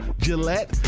Gillette